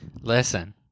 Listen